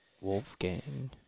Wolfgang